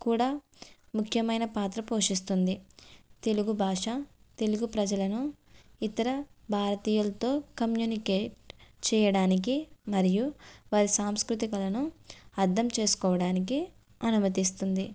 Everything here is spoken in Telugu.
కూడా ముఖ్యమైన పాత్ర పోషిస్తుంది తెలుగు భాష తెలుగు ప్రజలను ఇతర భారతీయులతో కమ్యూనికేట్ చేయడానికి మరియు వారి సాంస్కృతికలను అర్థం చేసుకోవడానికి అనుమతిస్తుంది